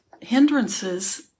hindrances